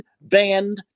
banned